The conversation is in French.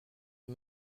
est